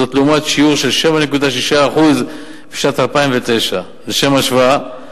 זאת לעומת שיעור של 7.6% בשנת 2009. לשם השוואה,